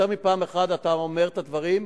יותר מפעם אחת אתה אומר את הדברים,